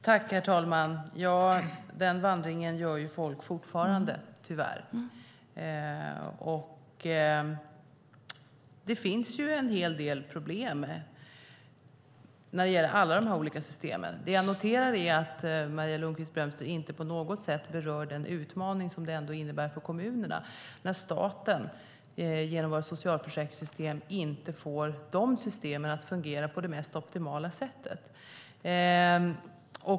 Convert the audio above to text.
Herr talman! Den vandringen gör folk fortfarande tyvärr. Det finns en hel del problem med alla de här olika systemen. Jag noterar att Maria Lundqvist-Brömster inte på något sätt berör den utmaning som det innebär för kommunerna när staten inte får våra socialförsäkringssystem att fungera på det mest optimala sättet.